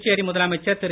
புதுச்சேரி முதலமைச்சர் திரு